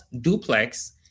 duplex